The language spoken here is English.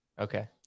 okay